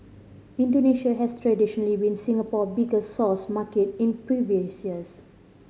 Indonesia has traditionally been Singapore biggest source market in previous years